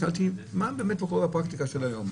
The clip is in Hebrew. שאלתי: מה באמת קורה בפרקטיקה של היום?